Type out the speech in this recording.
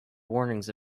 warnings